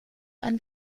einem